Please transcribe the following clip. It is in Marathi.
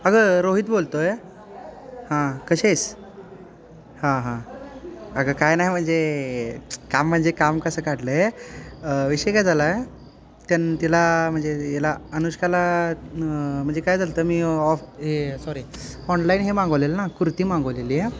अगं रोहित बोलतो आहे हां कशी आहेस हां हां अगं काही नाही म्हणजे काम म्हणजे काम कसं काढलं आहे विषय काय झाला आहे त्यान तिला म्हणजे याला अनुष्काला म्हणजे काय झालं होतं मी ऑफ हे सॉरी ऑनलाईन हे मागवलेलं ना कुर्ती मागवलेली आहे